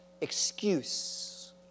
excuse